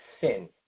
sin